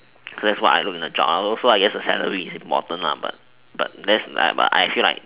that's what I look in a job also I guess the salary is important but but that's like but I feel like